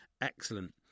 excellent